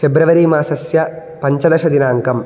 फ़ेब्रवरि मासस्य पञ्चदशदिनाङ्कम्